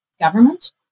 government